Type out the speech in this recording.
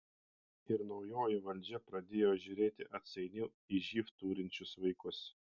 ir naujoji valdžia pradėjo žiūrėti atsainiau į živ turinčius vaikus